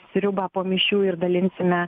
sriubą po mišių ir dalinsime